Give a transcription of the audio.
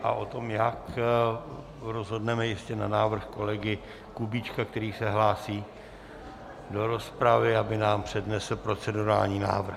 A o tom, jak, rozhodneme ještě na návrh kolegy Kubíčka, který se hlásí do rozpravy, aby nám přednesl procedurální návrh.